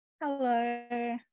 Hello